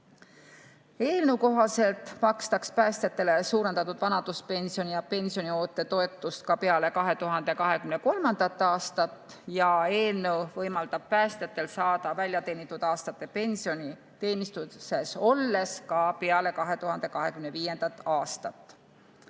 Eelnõu kohaselt makstakse päästjatele suurendatud vanaduspensioni ja pensioni oote toetust ka peale 2023. aastat ja eelnõu võimaldab päästjatel saada väljateenitud aastate pensioni teenistuses olles ka peale 2025. aastat.